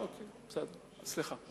מושב, בסדר, סליחה.